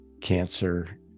cancer